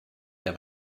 der